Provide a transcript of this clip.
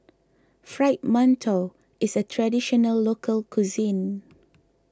Fried Mantou is a Traditional Local Cuisine